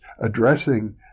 addressing